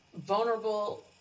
vulnerable